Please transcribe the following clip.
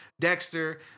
Dexter